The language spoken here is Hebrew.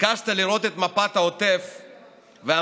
ביקשת לראות את מפת העוטף ואמרת: